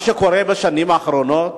מה שקורה בשנים האחרונות,